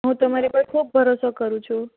હું તમારી પર ખૂબ ભરોસો કરુ છું